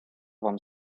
вам